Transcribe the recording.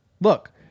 look